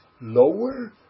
lower